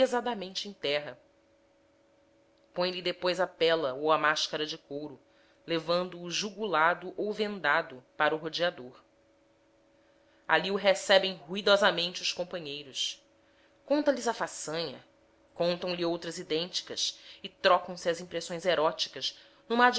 em terra põe lhe depois a peia ou a máscara de couro levando-o jugulado ou vendado para o rodeador ali o recebem ruidosamente os companheiros conta lhes a façanha contam lhe outras idênticas e trocam se as impressões heróicas numa